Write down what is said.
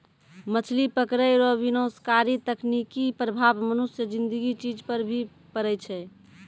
मछली पकड़ै रो विनाशकारी तकनीकी प्रभाव मनुष्य ज़िन्दगी चीज पर भी पड़ै छै